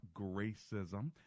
Gracism